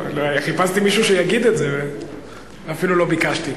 חיפשתי מישהו שיגיד את זה, אפילו לא ביקשתי.